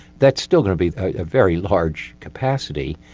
that's still going to be a very large capacity.